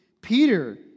Peter